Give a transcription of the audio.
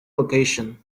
location